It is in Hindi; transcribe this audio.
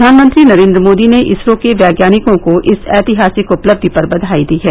प्रधानमंत्री नरेन्द्र मोदी ने इसरो के वैज्ञानिकों को इस ऐतिहासिक उपलब्धि पर बधाई दी है